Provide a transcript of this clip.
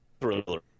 thriller